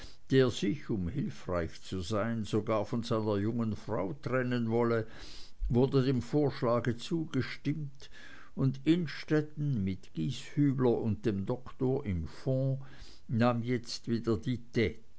der sich um hilfreich zu sein sogar von seiner jungen frau trennen wolle wurde dem vorschlag zugestimmt und innstetten mit gieshübler und dem doktor im fond nahm jetzt wieder die